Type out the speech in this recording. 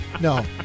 no